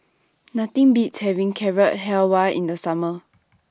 Nothing Beats having Carrot Halwa in The Summer